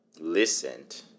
listened